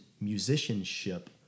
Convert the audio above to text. musicianship